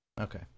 Okay